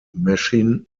machine